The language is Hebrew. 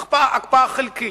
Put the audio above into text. הקפאה חלקית,